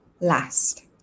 last